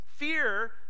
Fear